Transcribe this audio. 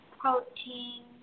protein